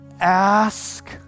ask